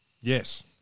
Yes